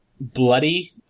bloody